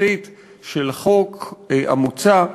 משפטית של החוק המוצע,